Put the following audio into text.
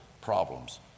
problems